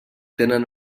tenen